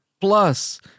plus